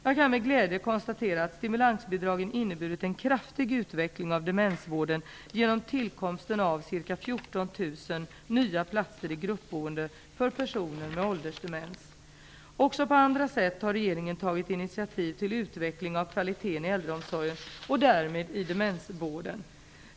Jag kan med glädje konstatera att stimulansbidragen inneburit en kraftig utveckling av demensvården genom tillkomsten av ca 14 000 nya platser i gruppboende för personer med åldersdemens. Också på andra sätt har regeringen tagit initiativ till utveckling av kvaliteten i äldreomsorgen och därmed i demensvården.